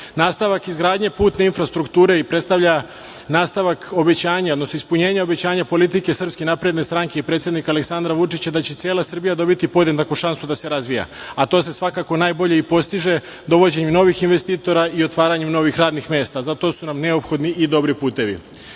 Nastavak izgradnje putne infrastrukture prestavlja nastavak obećanja, odnosno ispunjenje obećanja politike Srpske napredne stranke i predsednika Aleksandra Vučića da će cela Srbija dobiti podjednaku šansu da se razvija, a to se svakako najbolje i postiže dovođenjem novih investitora i otvaranjem novih radnih mesta, a za to su nam neophodni i dobri putevi. Drugo